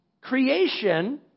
creation